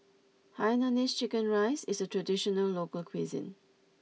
Hainanese Chicken Rice is a traditional local cuisine